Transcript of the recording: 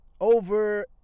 Over